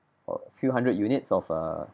a few hundred units of err